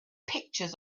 pictures